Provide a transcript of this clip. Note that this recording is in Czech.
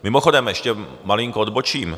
Mimochodem, ještě malinko odbočím.